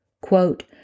Quote